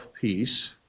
peace